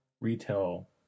retail